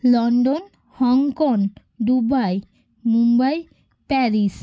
London Hong Kong Dubai Mumbai Paris